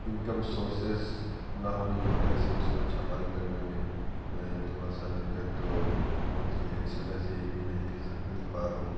income sources نہ ہونے کی وجہ سے اس کو چھپائی کرنے میں تھوڑا سا دقت ہوتی ہے اس وجہ سے بھی نہیں لکھ پا رہا ہوں